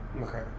okay